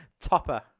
Topper